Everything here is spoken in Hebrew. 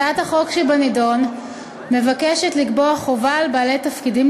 הצעת החוק שבנדון מבקשת לקבוע חובה על בעלי תפקידים